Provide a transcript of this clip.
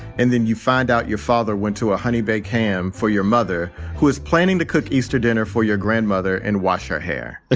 and then you find out your father went to a honey big ham for your mother, who is planning to cook easter dinner for your grandmother and wash her hair